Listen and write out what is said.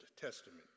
Testament